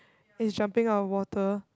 it's jumping on water